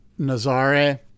Nazare